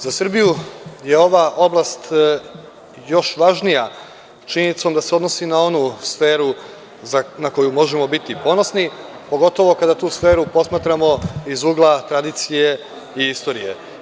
Za Srbiju je ova oblast još važnija činjenicom da se odnosi na onu sferu na koju možemo biti ponosni, pogotovo kada su sferu posmatramo iz ugla tradicije i istorije.